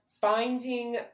finding